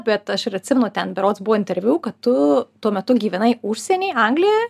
bet aš ir atsimenu ten berods buvo interviu kad tu tuo metu gyvenai užsieny anglijoj